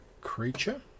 creature